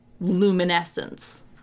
luminescence